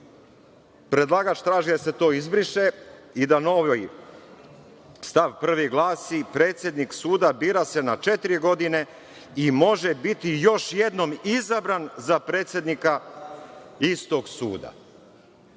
Predlagač traži da se to izbriše i novi stav 1. da glasi - predsednik suda bira se na četiri godine i može biti još jednom izabran za predsednika istog suda. Mi